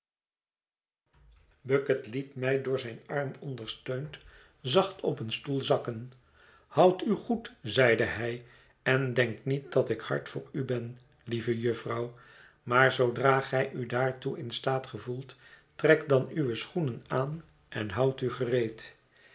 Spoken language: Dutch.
bucket liet mij door zijn arm ondersteund zacht op een stoel zakken houd u goed zeide hij en denk niet dat ik hard voor u ben lieve jufvrouw maar zoodra gij u daartoe in staat gevoelt trek dan uwe schoenen aan en houd u gereed